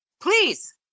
Please